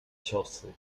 ciosy